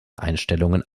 einstellungen